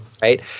right